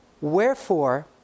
wherefore